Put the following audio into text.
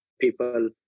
people